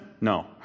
No